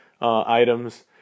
items